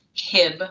Hib